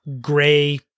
gray